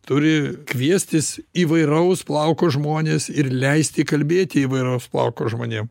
turi kviestis įvairaus plauko žmones ir leisti kalbėti įvairaus plauko žmonėm